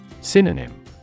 Synonym